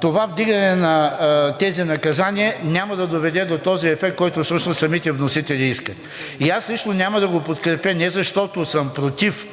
това вдигане на тези наказания няма да доведе до този ефект, който всъщност самите вносители искат. И аз лично няма да го подкрепя не защото съм против